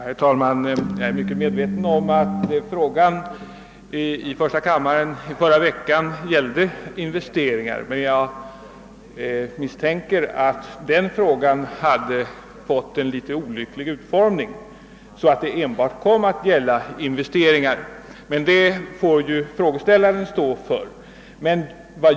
Herr talman! Jag är synnerligen medveten om att frågan i första kammaren i förra veckan gällde investeringar, men jag misstänker att frågan hade fått en litet olycklig utformning, så att debatten i första hand kom att gälla investeringar. Det får dock frågeställaren stå för.